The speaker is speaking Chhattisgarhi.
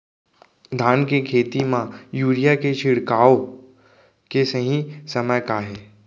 धान के खेती मा यूरिया के छिड़काओ के सही समय का हे?